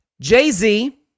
Jay-Z